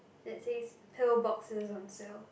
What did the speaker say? that say two boxes on sales